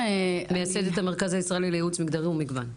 מייסדת המרכז הישראלי לייעוץ מגדרי ומגוון.